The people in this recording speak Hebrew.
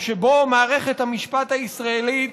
שבו מערכת המשפט הישראלית